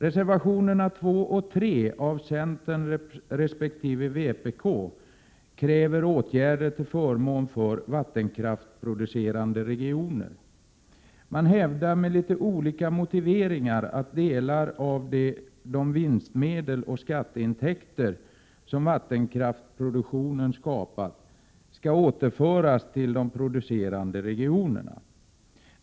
Reservationerna 2 och 3 av centern resp. vpk kräver åtgärder till förmån för vattenkraftproducerande regioner. Man hävdar med litet olika motiveringar att delar av de vinstmedel och skatteintäkter som vattenkraftsproduktionen skapat skall återföras till de producerande regionerna.